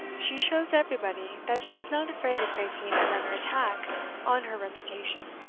she shows everybody that she is not afraid of facing another attack on her reputation.